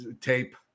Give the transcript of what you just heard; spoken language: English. tape